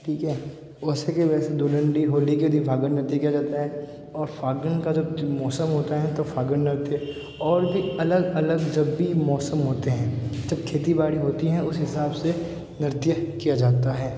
ठीक है वैसा के वैसा धुलंड़ी होली के दिन फ़ाल्गुन नृत्य किया जाता है और फ़ाल्गुन का जब मौसम होता है तो फ़ाल्गुन नृत्य और भी अलग अलग जब भी मौसम होते हैं जब खेती बाड़ी होती है उस हिसाब से नृत्य किया जाता है